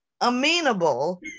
amenable